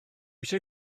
eisiau